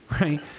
right